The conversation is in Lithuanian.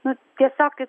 na tiesiog kad